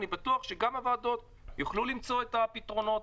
אני בטוח שגם הוועדות יוכלו למצוא את הפתרונות,